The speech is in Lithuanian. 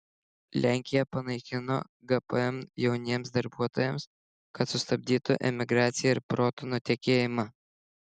lenkija panaikino gpm jauniems darbuotojams kad sustabdytų emigraciją ir protų nutekėjimą